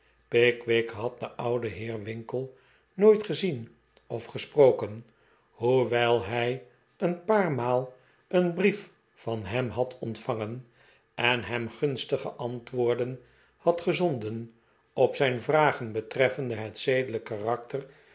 pickwick had den ouden heer winkle nooit gezien of gesproken hoewel hij een paar maal een brief van hem had ontvangen en hem gunstige antwoorden had gezonden op zijn vragen betreffende het zedelijk karakter